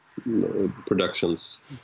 productions